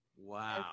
Wow